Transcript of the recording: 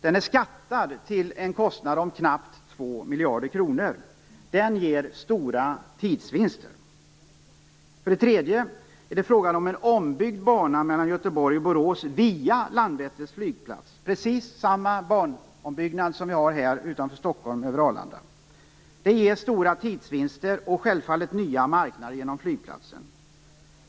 Den är skattad till en kostnad om knappt 2 miljarder kronor. Den ger stora tidsvinster. För det tredje är det fråga om en ombyggd bana mellan Göteborg och Borås, via Landvetter flygplats - precis samma banombyggnad som vi har utanför Stockholm över Arlanda. Den innebär stora tidsvinster och självfallet nya marknader i och med flygplatsen.